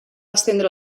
estendre